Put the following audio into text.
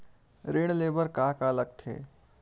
ऋण ले बर का का लगथे?